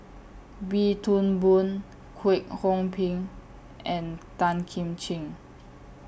Wee Toon Boon Kwek Hong Png and Tan Kim Ching